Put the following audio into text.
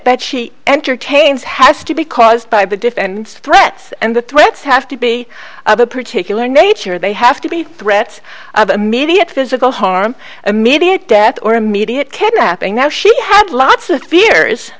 that she entertains has to be caused by the defense threats and the twits have to be of a particular nature they have to be threats of immediate physical harm immediate death or immediate kidnapping now she had lots of fears